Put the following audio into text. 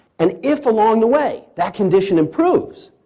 and if along the way that condition improves,